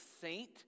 saint